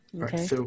Okay